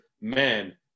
man